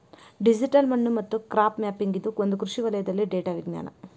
digital ಮಣ್ಣು ಮತ್ತು crop mapping ಇದು ಒಂದು ಕೃಷಿ ವಲಯದಲ್ಲಿ ಡೇಟಾ ವಿಜ್ಞಾನ